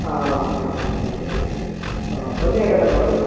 ಹಾಂ ಹಾಂ ಸರಿ ಸರಿ ಸರಿ ಹಾಂ ಬನ್ನಿ ಹಾಗಾದರೆ ಮಾತಾಡೋಣ